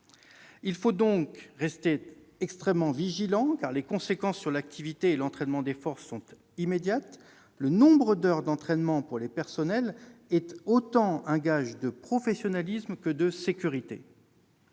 Il faut donc rester extrêmement vigilant, car les conséquences sur l'activité et l'entraînement des forces sont immédiates. Le nombre d'heures d'entraînement pour les personnels est un gage autant de professionnalisme que de sécurité.